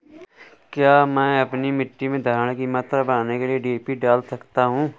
क्या मैं अपनी मिट्टी में धारण की मात्रा बढ़ाने के लिए डी.ए.पी डाल सकता हूँ?